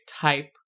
type